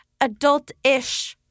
adult-ish